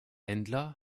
händler